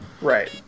right